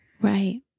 right